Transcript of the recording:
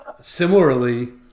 similarly